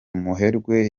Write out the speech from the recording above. muherwe